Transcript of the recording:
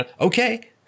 Okay